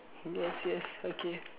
yes yes okay